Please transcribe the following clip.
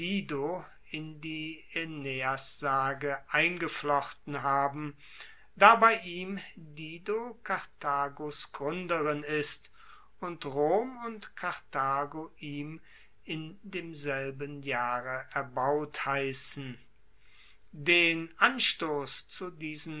in die aeneassage eingeflochten haben da bei ihm dido karthagos gruenderin ist und rom und karthago ihm in demselben jahre erbaut heissen den anstoss zu diesen